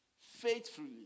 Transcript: faithfully